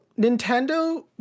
Nintendo